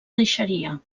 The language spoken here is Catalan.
deixaria